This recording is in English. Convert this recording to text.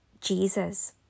Jesus